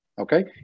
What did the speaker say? Okay